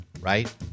Right